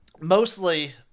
Mostly